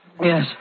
Yes